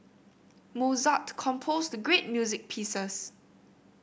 Mozart composed great music pieces